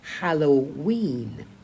Halloween